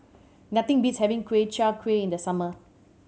nothing beats having Ku Chai Kuih in the summer